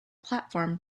platform